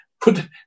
put